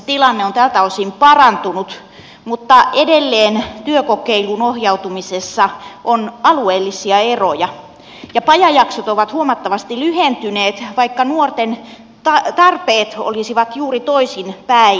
tilanne on tältä osin parantunut mutta edelleen työkokeiluun ohjautumisessa on alueellisia eroja ja pajajaksot ovat huomattavasti lyhentyneet vaikka nuorten tarpeet olisivat juuri toisin päin